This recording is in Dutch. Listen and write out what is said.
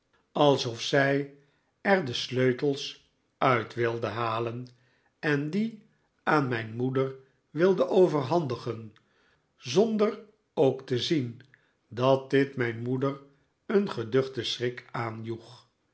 alsof zij er de sleutels uit wilde halen en die aan mijn moeder wilde overhandigen zonder ook te zien dat dit mijn moeder een geduchten schrik aanjoeg